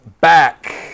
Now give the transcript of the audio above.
back